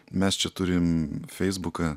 mes čia turim feisbuką